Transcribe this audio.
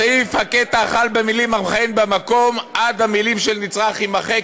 בסעיף הקטן החל במילים "המכהן במקום" עד המילים "של נצרך" יימחק.